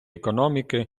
економіки